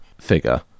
figure